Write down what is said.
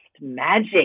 magic